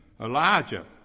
Elijah